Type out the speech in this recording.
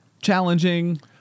Challenging